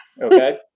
okay